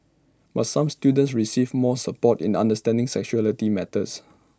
but some students receive more support in understanding sexuality matters